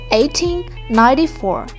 1894